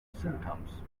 symptoms